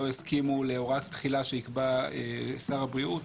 יסכימו להוראה תחילה שיקבע שר הבריאות